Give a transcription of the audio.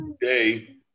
today